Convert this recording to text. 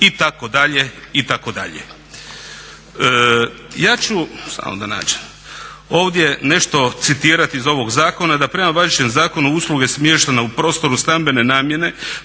redari itd., itd… Ja ću, samo da nađem, ovdje nešto citirati iz ovog zakona da prema važećem zakonu usluge smještene u prostoru stambene može